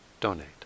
donate